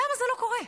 למה זה לא קורה?